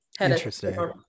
Interesting